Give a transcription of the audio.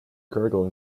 gurgled